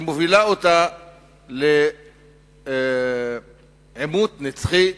שמובילה אותה לעימות נצחי,